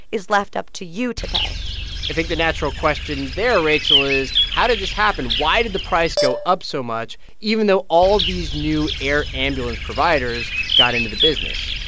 is left up to you to pay i think the natural question there, rachel, is how did this happen? why did the price go up so much even though all these new air ambulance providers got into the business?